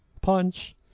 Punch